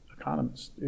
economists